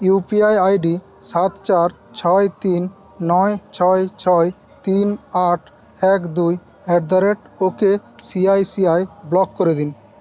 UPI ID সাত চার ছয় তিন নয় ছয় ছয় তিন আট এক দুই at the rate okay C I C I block করে দিন